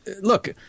look